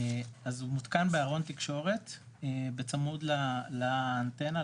אז הוא מותקן בארון תקשורת בצמוד לאנטנה,